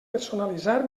personalitzar